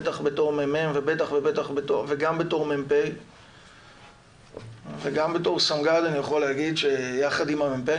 בטח בתור מ"מ וגם בתור מ"פ וגם בתור סמג"ד אני יכול להגיד שיחד עם המ"פ,